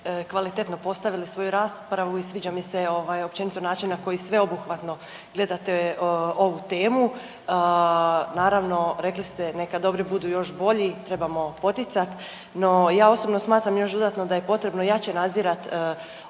kvalitetno postavili svoju raspravu i sviđa mi se općenito način na koji sveobuhvatno gledate ovu temu. Naravno rekli ste neka dobri budu još bolji, trebamo poticat, no ja osobno smatram još dodatno da je potrebno jače nadzirat